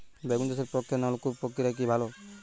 বেগুন চাষের পক্ষে নলকূপ প্রক্রিয়া কি ভালো?